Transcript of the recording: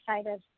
excited